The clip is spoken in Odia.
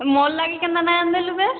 ମୋର ଲାଗି କେନ୍ତା ନାହିଁ ଆନିଦେଲୁ ବେ